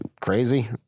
crazy